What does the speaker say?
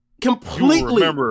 completely